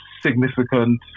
significant